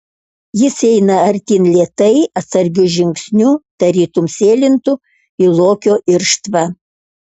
jis eina artyn lėtai atsargiu žingsniu tarytum sėlintų į lokio irštvą